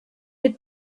had